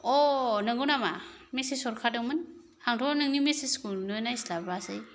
अ' नंगौ नामा मेसेस हरखादोंमोन आंथ' नोंनि मेसेस खौनो नायस्लाबासै